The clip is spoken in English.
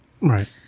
right